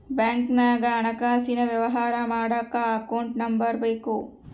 ಬ್ಯಾಂಕ್ನಾಗ ಹಣಕಾಸಿನ ವ್ಯವಹಾರ ಮಾಡಕ ಅಕೌಂಟ್ ನಂಬರ್ ಬೇಕು